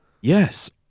Yes